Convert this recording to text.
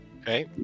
Okay